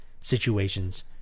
situations